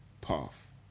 path